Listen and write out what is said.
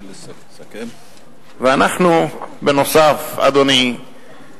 ואנחנו, בנוסף, אדוני,